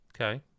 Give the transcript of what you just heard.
Okay